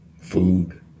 food